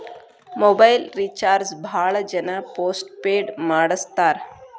mobile recharge ಭಾಳ್ ಜನ post paid ಮಾಡಸ್ತಾರ